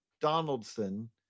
Donaldson